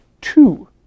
two